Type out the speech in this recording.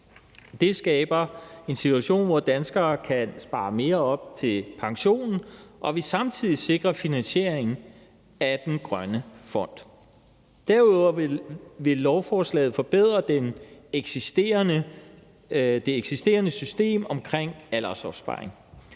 Det skaber en situation, hvor danskere kan spare mere op til pensionen, og vil samtidig sikre finansieringen af den grønne fond. Derudover vil lovforslaget forbedre det eksisterende system om aldersopsparing.